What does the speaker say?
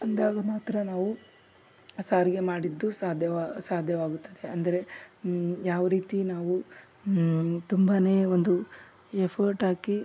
ಅಂದಾಗ ಮಾತ್ರ ನಾವು ಸಾರಿಗೆ ಮಾಡಿದ್ದು ಸಾಧ್ಯವಾಗುತ್ತದೆ ಅಂದರೆ ಯಾವ ರೀತಿ ನಾವು ತುಂಬಾ ಒಂದು ಎಫರ್ಟ್ ಹಾಕಿ